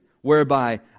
whereby